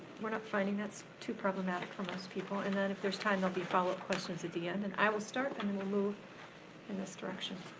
we're not finding that too problematic for most people. and then if there's time, there'll be follow-up questions at the end. and i will start and then we'll move in this direction.